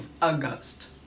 august